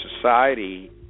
society